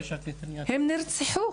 הן נרצחו.